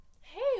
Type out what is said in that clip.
hey